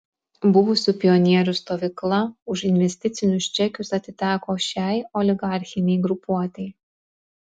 buvusių pionierių stovykla už investicinius čekius atiteko šiai oligarchinei grupuotei